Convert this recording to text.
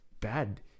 bad